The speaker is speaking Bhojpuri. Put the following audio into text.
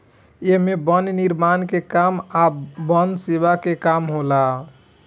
एमे वन निर्माण के काम आ वन सेवा के काम होला